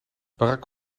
barack